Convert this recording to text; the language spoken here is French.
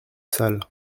sale